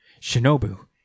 Shinobu